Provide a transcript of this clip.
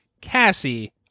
Cassie